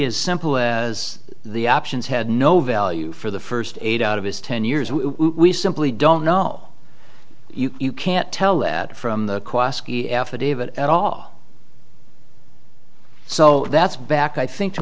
as simple as the options had no value for the first eight out of his ten years and we simply don't know you can't tell that from the affidavit at all so that's back i think to